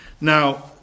Now